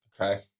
Okay